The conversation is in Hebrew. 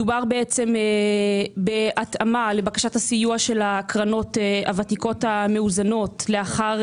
מדובר בהתאמה לבקשת הסיוע של הקרנות הוותיקות המאוזנות לאחר